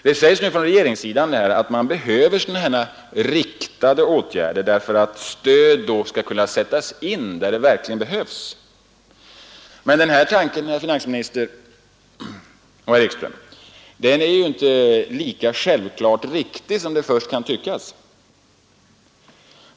Det sägs nu från regeringshåll att vi behöver riktade åtgärder därför att stödet då kan sättas in där det verkligen behövs. Men denna tanke, herr finansminister och herr Ekström, är inte lika självklart riktig som det först kan tyckas.